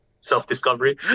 self-discovery